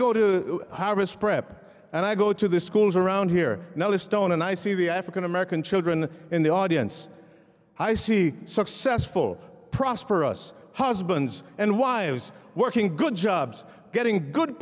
prep and i go to the schools around here now this stone and i see the african american children in the audience i see successful prosperous husbands and wives working good jobs getting good